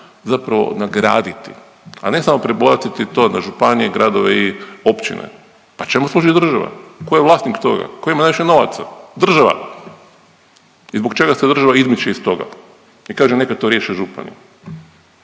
zapravo nagraditi, a ne samo prebaciti to na županije, gradove i općine. Pa čemu služi država, ko je vlasnik toga, ko ima najviše novaca? Država. I zbog čega se država izmiče iz toga i kaže neka to riješe župani?